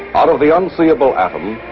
out of the unseeable atom,